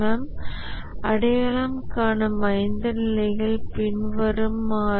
CMM அடையாளம் காணும் ஐந்து நிலைகள் பின்வருமாறு